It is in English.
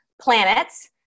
planets